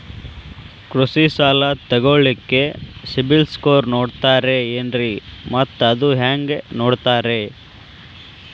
ಕೃಷಿ ಸಾಲ ತಗೋಳಿಕ್ಕೆ ಸಿಬಿಲ್ ಸ್ಕೋರ್ ನೋಡ್ತಾರೆ ಏನ್ರಿ ಮತ್ತ ಅದು ಹೆಂಗೆ ನೋಡ್ತಾರೇ?